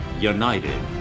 united